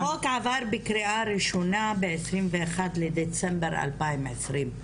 החוק עבר בקריאה ראשונה ב-21 בדצמבר 2020,